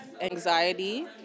anxiety